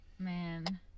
Man